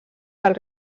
del